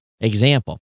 example